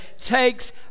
takes